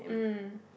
mm